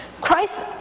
Christ